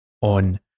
on